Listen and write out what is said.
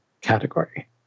category